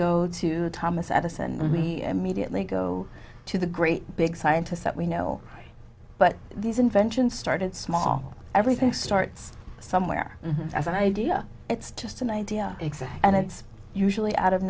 go to thomas edison we immediately go to the great big scientists that we know but these inventions started small everything starts somewhere as an idea it's just an idea except and it's usually out of